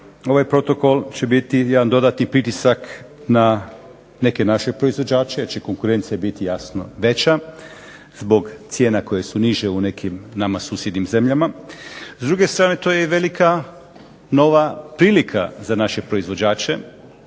ovaj protokol će biti jedan dodatni pritisak na neke naše proizvođače jer će konkurencija biti jasno veća zbog cijena koje su niže u nekim nama susjednim zemljama. S druge strane to je velika nova prilika za naše proizvođače.